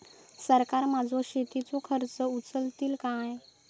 सरकार माझो शेतीचो खर्च उचलीत काय?